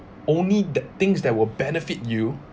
only that things that will benefit you